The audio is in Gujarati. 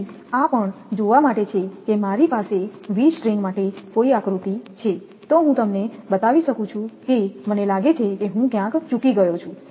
તેથી આ પણ જોવા માટે છે કે મારી પાસે વી સ્ટ્રિંગ માટે કોઈ આકૃતિ છે તો હું તમને બતાવી શકું છું કે મને લાગે છે કે હું ક્યાંક ચૂકી ગયો છું